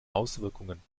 auswirkungen